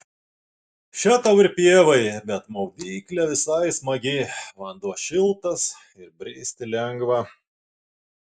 še tau ir pievai bet maudyklė visai smagi vanduo šiltas ir bristi lengva